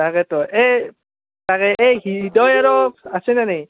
তাকেতো এই তাকে এই হৃদয় আৰু আছে নে নাই